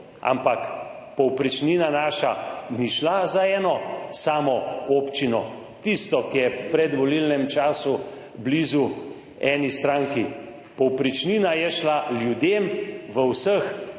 naša povprečnina ni šla za eno samo občino, tisto, ki je v predvolilnem času blizu eni stranki. Povprečnina je šla ljudem v vseh 212